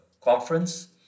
Conference